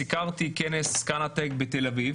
סיקרתי כנס קנטק בתל אביב,